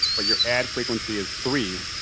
but your ad frequency is three,